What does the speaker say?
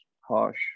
harsh